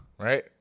Right